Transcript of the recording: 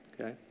Okay